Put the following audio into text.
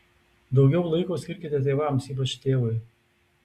daugiau laiko skirkite tėvams ypač tėvui